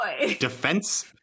Defense